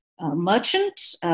merchant